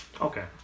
Okay